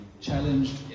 challenged